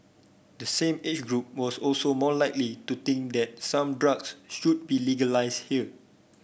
the same age group was also more likely to think that some drugs should be legalised here